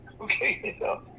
okay